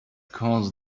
caused